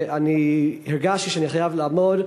והרגשתי שאני חייב לעמוד.